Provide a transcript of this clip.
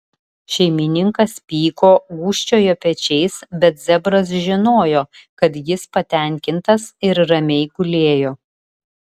šeimininkas pyko gūžčiojo pečiais bet zebras žinojo kad jis patenkintas ir ramiai gulėjo